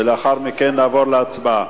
ולאחר מכן נעבור להצבעה.